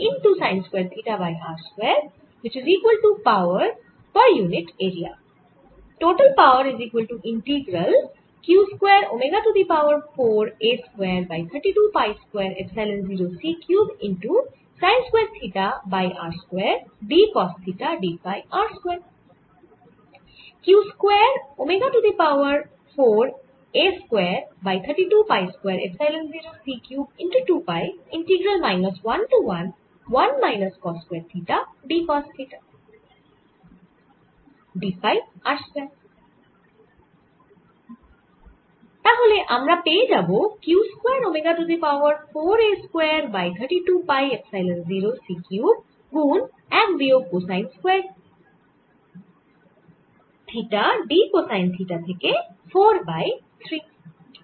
তাহলে আমরা পেয়ে যাবো q square omega to the power 4 a square by 32 pi epsilon 0 c cube গুন 1 বিয়োগ cosine square theta d cosine theta থেকে 4 বাই 3